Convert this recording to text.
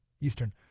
Eastern